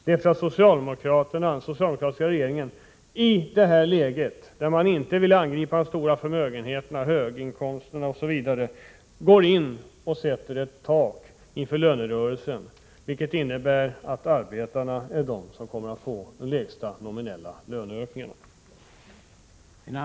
Det är att den socialdemokratiska regeringen i detta läge — när man inte vill angripa de stora förmögenheterna och de höga inkomsterna osv. — går in och sätter ett tak inför lönerörelsen, vilket innebär att det är arbetarna som kommer att få de lägsta nominella löneökningarna.